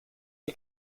are